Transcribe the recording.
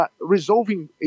resolving